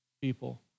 people